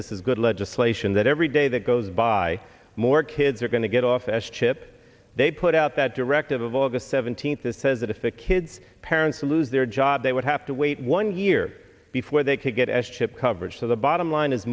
this is good legislation that every day that goes by more kids are going to get off s chip they put out that directive aug seventeenth this says that if a kid's parents lose their job they would have to wait one year before they could get s chip coverage so the bottom line is